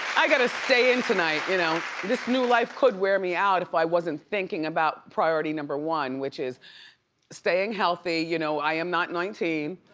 i gotta stay in tonight, you know. this new life could wear me out if i wasn't thinking about priority number one which is staying healthy, you know, i am not nineteen,